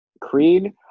Creed